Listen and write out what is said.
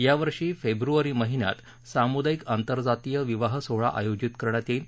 यावर्षी फेब्रुवारी महिन्यात सामुदायीक आंतरजातीय विवाह सोहळा आयोजित करण्यात येईल